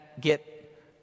get